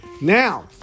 Now